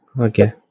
okay